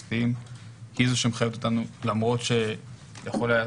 כאילו מחייבת אותנו למרות שיכול היה